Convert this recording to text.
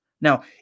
Now